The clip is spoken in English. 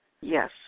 Yes